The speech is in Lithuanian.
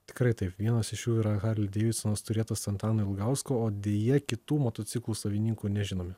tikrai taip vienas iš jų yra harli deividsonas turėtas antano ilgausko o deja kitų motociklų savininkų nežinome